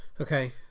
okay